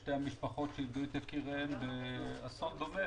שתי המשפחות שאיבדו את יקיריהן באסון דומה,